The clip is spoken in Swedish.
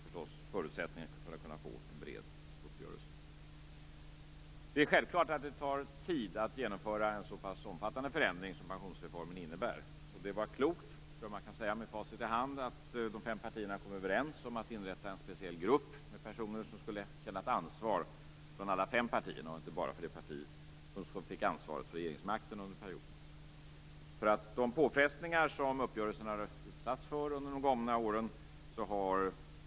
Det är förstås förutsättningen för att man skall kunna få en bred uppgörelse. Det är självklart att det tar tid att genomföra en så pass omfattande förändring som pensionsreformen innebär. Med facit i hand tror jag att man kan säga att det var klokt att de fem partierna kom överens om att inrätta en speciell grupp av personer. Alla fem partier skulle känna ett ansvar, inte bara det parti som fick ansvaret för regeringsmakten under perioden.